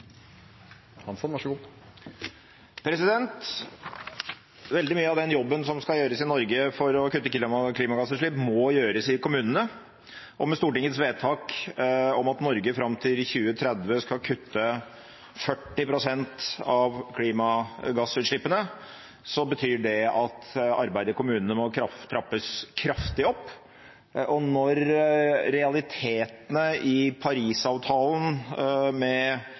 Veldig mye av den jobben som skal gjøres i Norge for å kutte klimagassutslipp, må gjøres i kommunene. Med Stortingets vedtak om at Norge fram til 2030 skal kutte 40 pst. av klimagassutslippene, betyr det at arbeidet i kommunene må trappes kraftig opp. Når realitetene i Paris-avtalen med